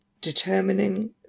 determining